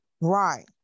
Right